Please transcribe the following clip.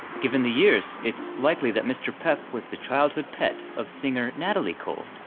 given the years it's likely that mr. pep was the childhood pet of singer natalie cole,